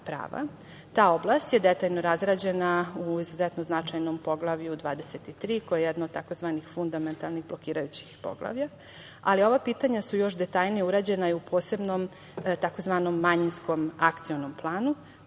Ta oblast je detaljno razrađena u izuzetno značajnom Poglavlju 23, koje je jedno od tzv. fundamentalnih blokirajućih poglavlja, ali ova pitanja su još detaljnije uređena i u posebno tzv. manjinskom akcionom planu.